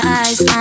eyes